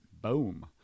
boom